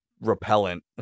repellent